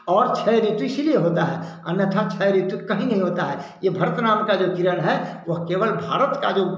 और छः ऋतु इसीलिए होता है अन्यथा छः ऋतु कहीं नहीं होता है ये भरत नाम का जो किरण है वह केवल भारत का जो